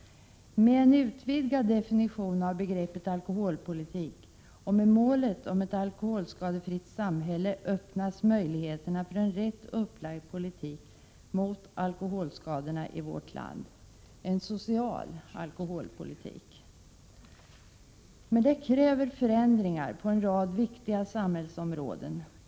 Med en utvidgad definition av begreppet alkoholpolitik och med målet ett alkoholskadefritt samhälle öppnas möjligheterna för en rätt upplagd politik mot alkoholskadorna i vårt land — en social alkoholpolitik. Det kräver förändringar på en rad viktiga samhällsområden.